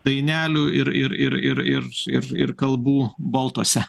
dainelių ir ir ir ir ir ir ir kalbų boltuose